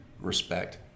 respect